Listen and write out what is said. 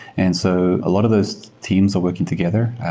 and so a lot of those teams are working together.